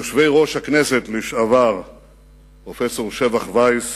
יושבי-ראש הכנסת לשעבר פרופסור שבח וייס